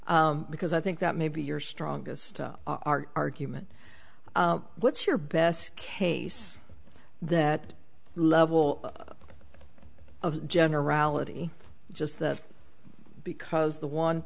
because i think that may be your strongest our argument what's your best case that level of generality just that because the one